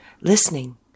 listening